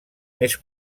més